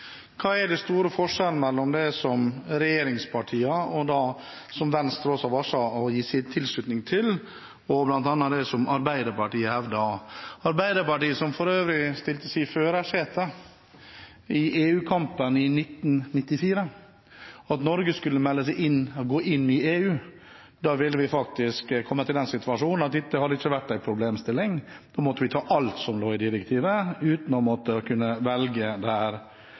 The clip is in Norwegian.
Hva er den store forskjellen mellom det som regjeringspartiene – og som Venstre også varslet å gi sin tilslutning til – og bl.a. det som Arbeiderpartiet hevdet? Arbeiderpartiet, som for øvrig stilte seg i førersetet i EU-kampen i 1994, mente at Norge skulle melde seg inn i EU. Da ville vi faktisk kommet i den situasjonen at dette ikke hadde vært en problemstilling, da måtte vi ha tatt alt som lå i direktivet, uten å kunne velge. Men det